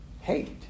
Hate